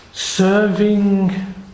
serving